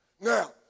Now